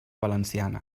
valenciana